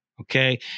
Okay